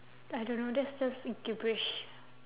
I don't know that's just gibberish